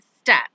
step